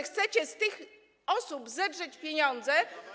Chcecie z tych osób zedrzeć pieniądze.